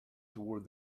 toward